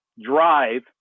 drive